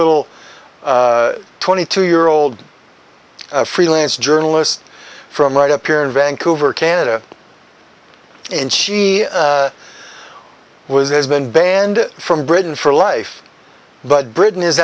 little twenty two year old freelance journalist from right up here in vancouver canada and she was has been banned from britain for life but britain is